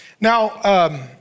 Now